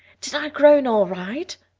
did i groan all right?